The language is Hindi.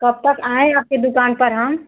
कब तक आएँ आपकी दुकान पर हम